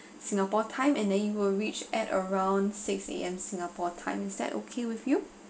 singapore time and then you will reach at around six A_M singapore time is that okay with you